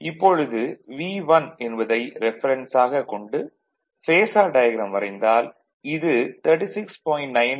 இப்பொழுது V1 என்பதை ரெஃபரென்ஸாகக் கொண்டு பேஸார் டயாக்ராம் வரைந்தால் இது 36